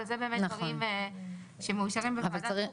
אבל זה דברים שמאושרים בוועדת חוקה.